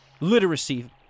literacy